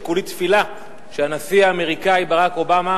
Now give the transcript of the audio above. וכולי תפילה שהנשיא האמריקני ברק אובמה